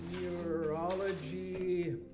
neurology